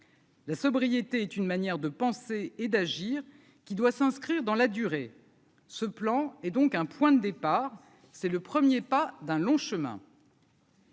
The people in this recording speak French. La sobriété est une manière de penser et d'agir, qui doit s'inscrire dans la durée, ce plan est donc un point de départ, c'est le 1er pas d'un long chemin.